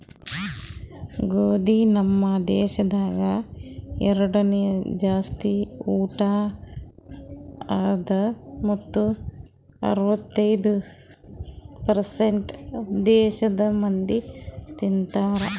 ಗೋದಿ ನಮ್ ದೇಶದಾಗ್ ಎರಡನೇ ಜಾಸ್ತಿ ಊಟ ಅದಾ ಮತ್ತ ಅರ್ವತ್ತೈದು ಪರ್ಸೇಂಟ್ ದೇಶದ್ ಮಂದಿ ತಿಂತಾರ್